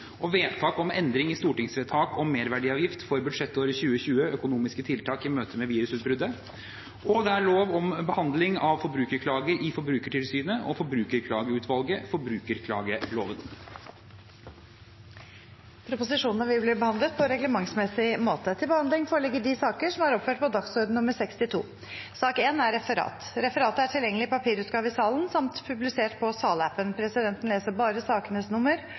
og vedtak om endring i stortingsvedtak om merverdiavgift for budsjettåret 2020 (Prop. 58 LS om lov om behandling av forbrukerklager i Forbrukertilsynet og Forbrukerklageutvalget (Prop. 55 L Proposisjonene vil bli behandlet på reglementsmessig måte. Dermed er